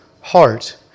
heart